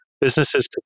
Businesses